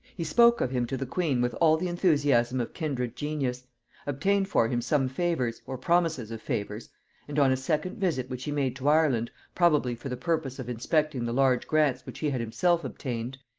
he spoke of him to the queen with all the enthusiasm of kindred genius obtained for him some favors, or promises of favors and on a second visit which he made to ireland, probably for the purpose of inspecting the large grants which he had himself obtained,